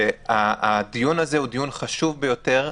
הדיון הזה הוא דיון חשוב ביותר,